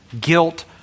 Guilt